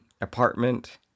apartment